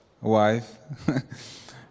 wife